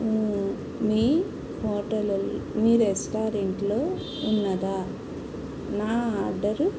మీ hotel మీ రెస్టారెంట్లో ఉన్నదా నా ఆర్డరు